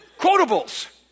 Quotables